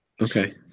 Okay